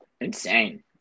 Insane